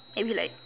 maybe like